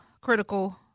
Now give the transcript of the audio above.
critical